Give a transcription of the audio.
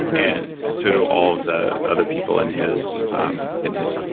and so do all of the other people in his. in his. like